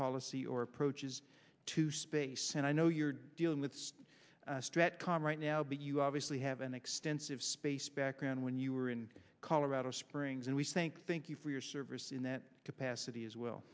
policy or approaches to space and i know you're dealing with this strat com right now but you obviously have an extensive space background when you were in colorado springs and we think thank you for your service in that capacity as well